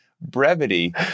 brevity